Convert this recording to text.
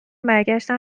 برگشتن